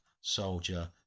soldier